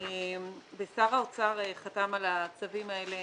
שר האוצר חתם על הצווים האלה